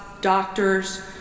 doctors